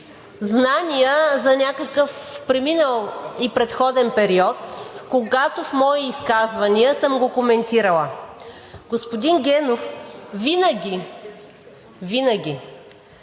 знания за някакъв преминал и предходен период, когато в мои изказвания съм го коментирала. Господин Генов, винаги, винаги